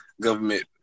government